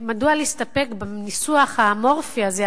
מדוע להסתפק בניסוח האמורפי הזה,